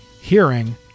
hearing